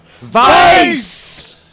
Vice